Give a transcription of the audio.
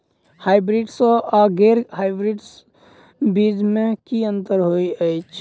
Hybrids आ गैर hybrids बीज म की अंतर होइ अछि?